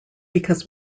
because